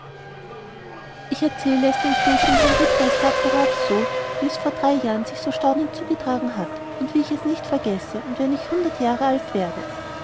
ich erzähle es dem gnädigen herrn rittmeister akkurat so wie es vor drei jahren sich so staunend zugetragen hat und wie ich es nicht vergesse und wenn ich hundert jahre alt werde